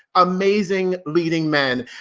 amazing leading men,